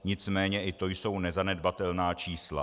Nicméně i to jsou nezanedbatelná čísla.